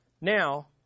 Now